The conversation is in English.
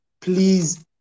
please